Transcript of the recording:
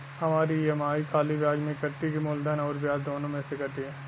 हमार ई.एम.आई खाली ब्याज में कती की मूलधन अउर ब्याज दोनों में से कटी?